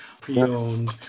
pre-owned